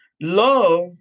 Love